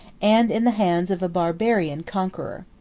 and in the hands of a barbarian conqueror.